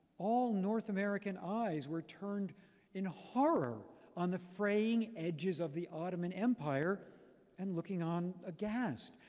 all north american eyes were turned in horror on the fraying edges of the ottoman empire and looking on aghast.